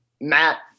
Matt